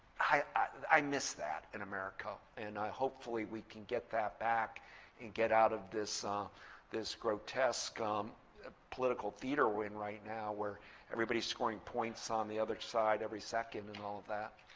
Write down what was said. i miss that in america. and hopefully, we can get that back and get out of this ah this grotesque um ah political theater we're in right now, where everybody's scoring points on the other side every second and all of that.